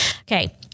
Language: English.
Okay